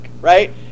Right